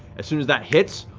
as soon as that hits,